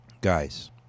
Guys